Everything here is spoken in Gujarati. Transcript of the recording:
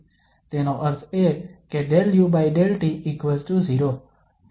તેનો અર્થ એ કે 𝜕u𝜕t0